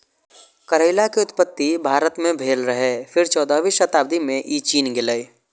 करैला के उत्पत्ति भारत मे भेल रहै, फेर चौदहवीं शताब्दी मे ई चीन गेलै